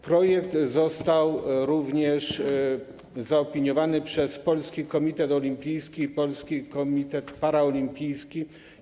Projekt został również zaopiniowany przez Polski Komitet Olimpijski i Polski Komitet Paraolimpijski.